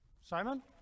Simon